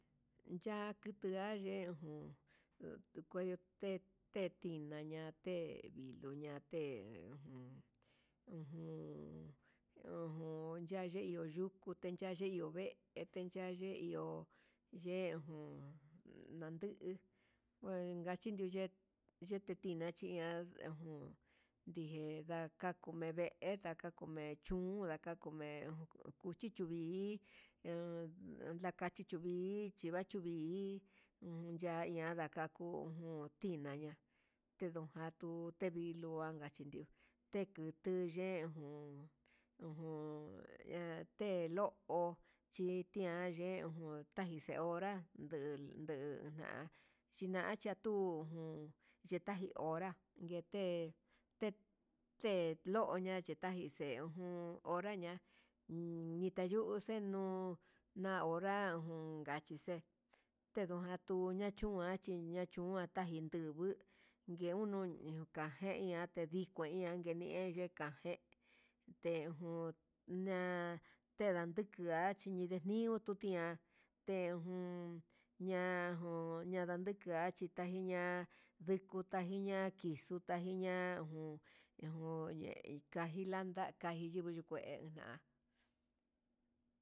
Ya kutua ye'e jun otukue ye'e te te tina ña'a, tediluña té ujun ujun ojun ya ye yio yuku tea yiyo'o ve'e he ya ye iho ye jun ndandu'u, ngueka chinuun ye'e yete tinchi iha dejun dije nda'a ngakumenga dakakumechun, kume'e kuchichu vi'i uun ndakachichu vi'i vi chuvachiu vi'i ya ian ndakaku ujun tinaña, tedujan tuu te viluu aka chendió, tekutu ye'e ujun ujunte'e lo'o chitian ye'e ujun tagin xe'e honra nduu ndinnu na'a xhina xhia tu'u jun yetaji horas nguete te ke loña chitajexe uun horaña'a uun ñayuu xenuu, na hora ujun kaxhixe tejaña tuña'a chingua nachiyuan tajindu, ndunguu ngue unu ndika'a tangueña tedikuenña ngue ngueni he kangue nde nguun na'a tendan nukue chinde niututi ña'a te jun ñajun ña ndandukue chi tachiña'a ndikuu tajiña'a kixuu tajiña'a jun ujun ye'e kilanda kai yivii nuu kue na'a.